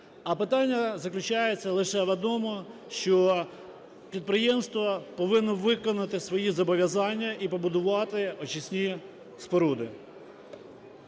А питання заключається лише в одному: що підприємство повинно виконати свої зобов'язання і побудувати очисні споруди,